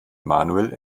manuel